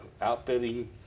outfitting